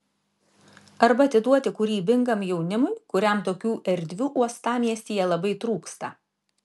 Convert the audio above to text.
arba atiduoti kūrybingam jaunimui kuriam tokių erdvių uostamiestyje labai trūksta